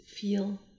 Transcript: feel